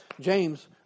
James